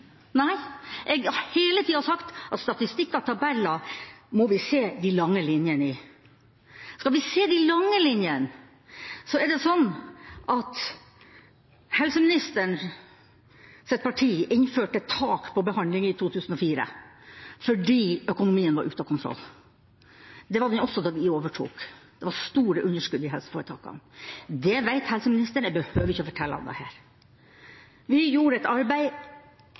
Nei, jeg har hele tida sagt at statistikker og tabeller må vi se de lange linjene i. Skal vi se de lange linjene, er det sånn at helseministerens parti innførte tak på behandling i 2004 fordi økonomien var ute av kontroll. Det var den også da vi overtok – det var store underskudd i helseforetakene. Det vet helseministeren – jeg behøver ikke å fortelle ham det. Vi gjorde et arbeid